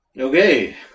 Okay